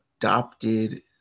adopted